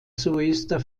soester